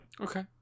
Okay